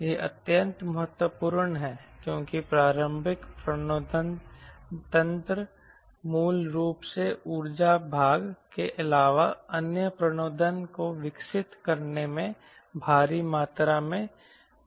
यह अत्यंत महत्वपूर्ण है क्योंकि पारंपरिक प्रणोदन तंत्र मूल रूप से ऊर्जा भाग के अलावा अन्य प्रणोदन को विकसित करने में भारी मात्रा में काम चल रहा है